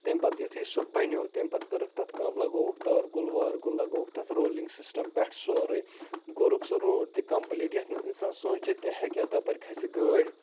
تٔمۍ پَتہٕ یُتھُے سُہ بَنیوو تٔمۍ پَتہٕ کٔرٕکھ تَتھ کٲم لَگووُکھ تار کول وارکول لَگووُکھ تَتھ رولِنٛگ سِسٹَم پٮ۪ٹھٕ سورُے کوٚرُکھ سُہ روڈ تہِ کَمپٕلیٖٹ یَتھ نہٕ اِنسان سوٗنچِتھ تہِ ہیٚکہِ ہا تَپٲرۍ کھَسہِ گٲڑۍ